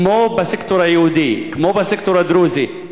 כמו בסקטור היהודי וכמו בסקטור הדרוזי,